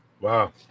Wow